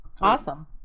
awesome